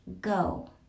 go